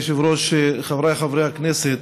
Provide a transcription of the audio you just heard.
כבוד היושב-ראש, חבריי חברי הכנסת,